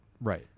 Right